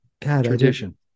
tradition